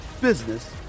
business